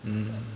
mmhmm